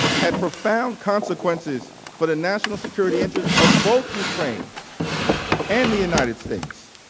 had profound consequences for the national security interests of both ukraine and the united states.